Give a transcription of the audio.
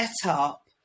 setup